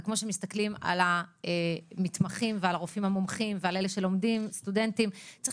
זה כפי שמסתכלים על המתמחים ועל הרופאים המומחים ועל סטודנטים צריך